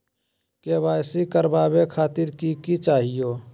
KYC करवावे खातीर कि कि चाहियो?